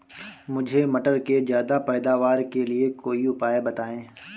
मुझे मटर के ज्यादा पैदावार के लिए कोई उपाय बताए?